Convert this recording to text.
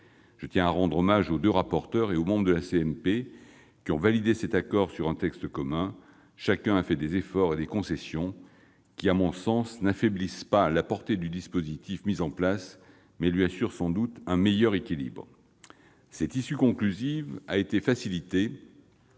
Je tiens à rendre hommage aux deux rapporteurs et aux membres de la commission mixte paritaire, qui ont validé cet accord sur un texte commun. Chacun a fait des efforts et des concessions, qui, à mon sens, n'affaiblissent pas la portée du dispositif mis en place, mais lui assurent sans doute un meilleur équilibre. Cette issue conclusive a été facilitée